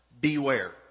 Beware